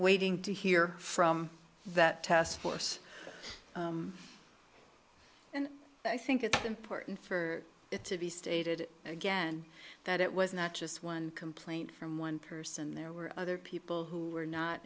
waiting to hear from that task force and i think it's important for it to be stated again that it was not just one complaint from one person there were other people who were not